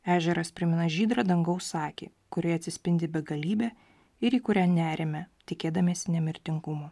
ežeras primena žydrą dangaus akį kurioje atsispindi begalybė ir į kurią neriame tikėdamiesi nemirtingumo